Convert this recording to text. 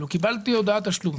קיבלתי הודעת תשלום.